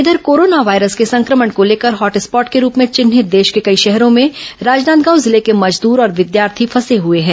इधर corona virus के संक्रमण को लेकर हॉट स्पॉट के रूप में चिन्हित देश के कई शहरों में राजनादगांव जिले के मजदूर और विद्यार्थी फसे हुए हैं